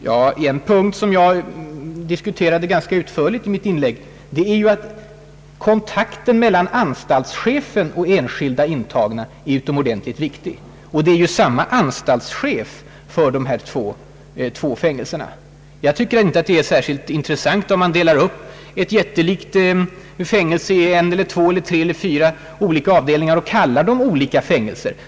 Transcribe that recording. Men en punkt som jag diskuterade ganska utförligt i mitt inlägg var att kontakten mellan anstaltschefen och enskilda intagna är utomordentligt viktig. Och det är ju samma anstaltschef för dessa två fängelser! Jag tycker inte att det är särskilt intressant om man delar upp ett jättelikt fängelse i en, två, tre eller fyra avdelningar och kallar dem olika fängelser.